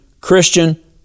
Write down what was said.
Christian